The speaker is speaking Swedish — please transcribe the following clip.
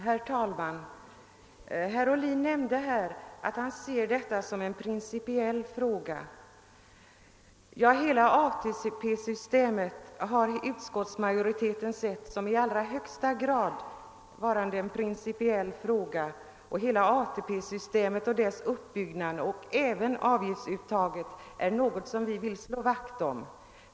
Herr talman! Herr Ohlin sade att han ser detta som en principiell fråga. Ja, hela ATP-systemet har utskottsmajoriteten sett som i allra högsta grad varande en principiell fråga, och ATP systemet och dess uppbyggnad och även avgiftsuttaget är något som vi vill slå vakt om.